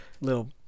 little